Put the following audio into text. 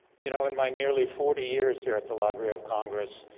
you know, in my nearly forty years here at the library of congress,